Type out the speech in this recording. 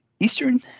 Eastern